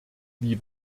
wie